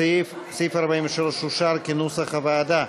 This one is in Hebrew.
סעיף 43 אושר כנוסח הוועדה.